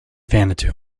vanuatu